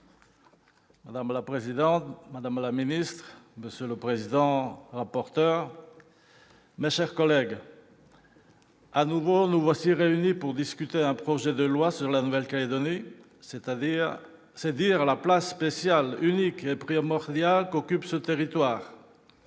Madame la présidente, madame la ministre, monsieur le rapporteur, mes chers collègues, nous voici de nouveau réunis pour discuter d'un projet de loi sur la Nouvelle-Calédonie. C'est dire la place spéciale, unique et primordiale qu'occupe ce territoire.